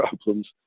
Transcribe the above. problems